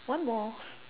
one more